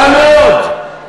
רע מאוד.